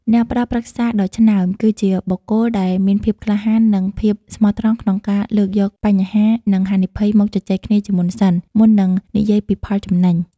អ្នកផ្ដល់ប្រឹក្សាដ៏ឆ្នើម គឺជាបុគ្គលដែលមានភាពក្លាហាន និងភាពស្មោះត្រង់ក្នុងការលើកយកបញ្ហា និងហានិភ័យមកជជែកគ្នាជាមុនសិន មុននឹងនិយាយពីផលចំណេញ។